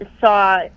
saw